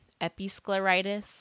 Episcleritis